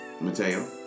Mateo